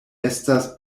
estas